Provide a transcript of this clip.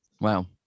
Wow